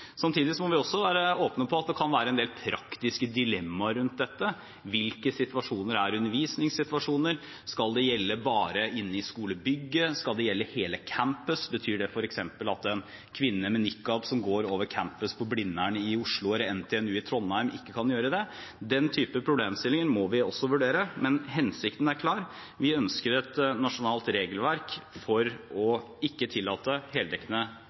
Samtidig må vi også være åpne om at det kan være en del praktiske dilemma rundt dette. Hvilke situasjoner er undervisningssituasjoner? Skal det gjelde bare inne i skolebygget? Skal det gjelde hele campus? Betyr det f.eks. at en kvinne med nikab som går over campus på Blindern i Oslo eller på NTNU i Trondheim, ikke kan gjøre det? Den type problemstillinger må vi også vurdere, men hensikten er klar: Vi ønsker et nasjonalt regelverk for ikke å tillate